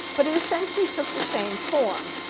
but it essentially took the same form.